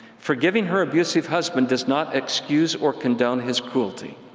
forgiving her abusive husband does not excuse or condone his cruelty.